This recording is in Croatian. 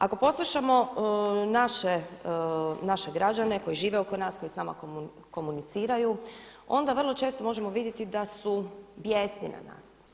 Ako poslušamo naše građane koji žive oko nas, koji s nama komuniciraju onda vrlo često možemo vidjeti da su bijesni na nas.